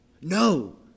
No